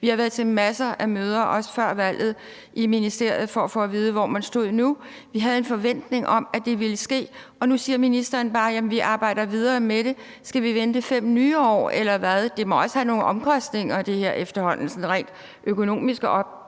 Vi har været til masser af møder i ministeriet, også før valget, for at få at vide, hvor man stod nu. Vi havde en forventning om, at det ville ske, og nu siger ministeren bare: Jamen vi arbejder videre med det. Skal vi vente 5 nye år, eller hvad? Det her må efterhånden også have nogle omkostninger sådan rent økonomisk med